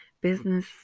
business